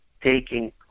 taking